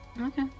Okay